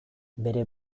bere